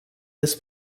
this